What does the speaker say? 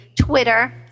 Twitter